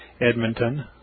Edmonton